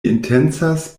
intencas